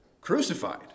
crucified